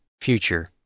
future